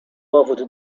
powód